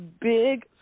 big